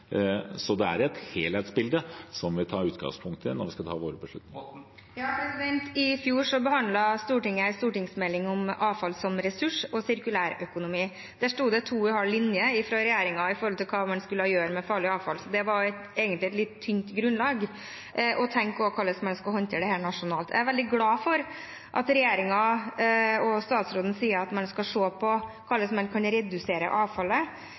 Så det er et helhetsbilde som vi må ta utgangspunkt i når vi skal ta våre beslutninger. I fjor behandlet Stortinget en stortingsmelding om avfall som ressurs og sirkulær økonomi. Der sto det to og en halv linje fra regjeringen om hva man skal gjøre med farlig avfall. Det var egentlig et litt tynt grunnlag for å tenke hvordan man skal håndtere dette nasjonalt. Jeg er veldig glad for at regjeringen og statsråden sier man skal se på hvordan man kan redusere avfallet.